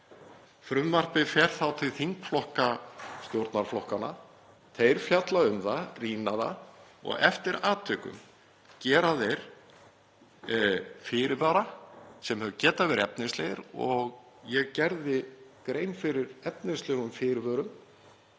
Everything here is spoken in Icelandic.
Frumvarpið fer þá til þingflokka stjórnarflokkanna, þeir fjalla um það, rýna það og eftir atvikum gera þeir fyrirvara sem geta verið efnislegir. Ég gerði grein fyrir efnislegum fyrirvörum